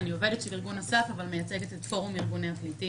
אנחנו לא עומדים במועדים.